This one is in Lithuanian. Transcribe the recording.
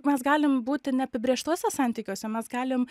mes galim būti neapibrėžtuose santykiuose mes galim